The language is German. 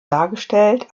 dargestellt